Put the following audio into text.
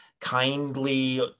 kindly